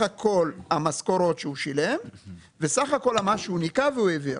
הכול המשכורות שהוא שילם וסך הכול המס שהוא ניכה והוא העביר.